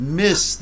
miss